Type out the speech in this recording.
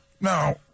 Now